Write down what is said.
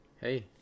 Hey